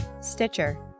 Stitcher